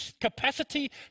capacity